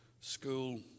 school